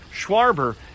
Schwarber